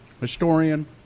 historian